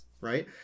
right